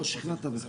לא שכנעת בזה.